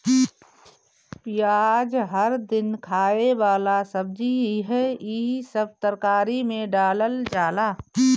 पियाज हर दिन खाए वाला सब्जी हअ, इ सब तरकारी में डालल जाला